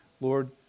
Lord